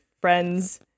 friends